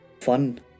Fun